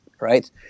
right